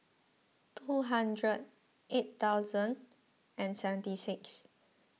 two hundred eight thousand and seventy six